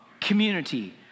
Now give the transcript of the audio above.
community